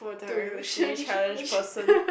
to